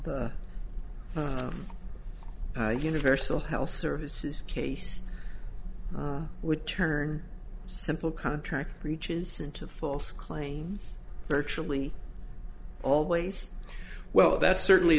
the universal health services case would turn simple contract reaches into false claims virtually always well that's certainly